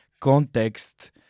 context